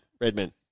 Redman